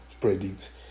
predict